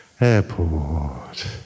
Airport